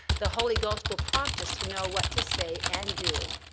the holy ghost will prompt us to know what to say and do.